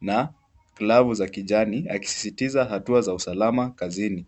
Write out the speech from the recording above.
na glavu za kijani akisisitiza hatua za usalama kazini.